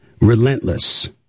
relentless